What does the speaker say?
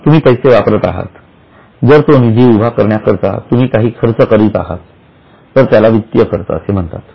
तुम्ही पैसे वापरत आहात जर तो निधी उभा करण्याकरता तुम्ही काही खर्च करत आहात तर त्याला वित्तीय खर्च असे म्हणतात